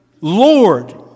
Lord